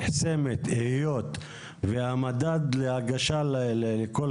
הזכות הזו נחסמת היות והמדד להגשה לקול